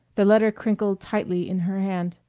the letter crinkled tightly in her hand,